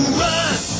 run